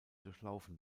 durchlaufen